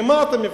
ממה אתם מפחדים?